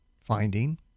finding